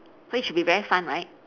then it should be very fun right